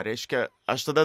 reiškia aš tada